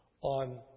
on